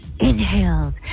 inhaled